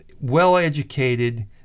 well-educated